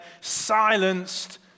silenced